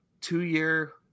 two-year